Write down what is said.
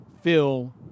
fill